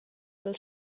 dal